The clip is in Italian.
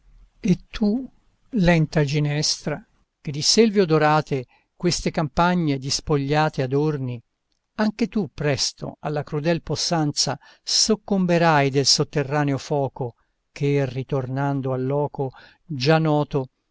e tu lenta ginestra che di selve odorate queste campagne dispogliate adorni anche tu presto alla crudel possanza soccomberai del sotterraneo foco che ritornando al loco già noto